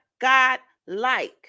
God-like